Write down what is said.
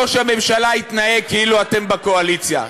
ראש הממשלה התנהג כאילו אתם בקואליציה.